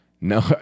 No